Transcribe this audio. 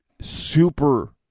super